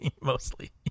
mostly